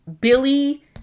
Billy